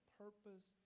purpose